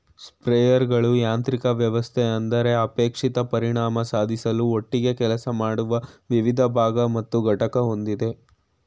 ಸ್ಪ್ರೇಯರ್ಗಳು ಯಾಂತ್ರಿಕ ವ್ಯವಸ್ಥೆ ಅಂದರೆ ಅಪೇಕ್ಷಿತ ಪರಿಣಾಮ ಸಾಧಿಸಲು ಒಟ್ಟಿಗೆ ಕೆಲಸ ಮಾಡುವ ವಿವಿಧ ಭಾಗ ಮತ್ತು ಘಟಕ ಹೊಂದಿದೆ